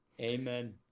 amen